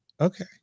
Okay